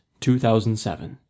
2007